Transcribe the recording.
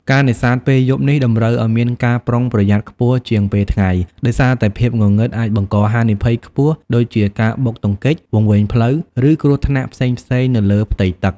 ការនេសាទពេលយប់នេះតម្រូវឲ្យមានការប្រុងប្រយ័ត្នខ្ពស់ជាងពេលថ្ងៃ ដោយសារតែភាពងងឹតអាចបង្កហានិភ័យខ្ពស់ដូចជាការបុកទង្គិច វង្វេងផ្លូវ ឬគ្រោះថ្នាក់ផ្សេងៗនៅលើផ្ទៃទឹក។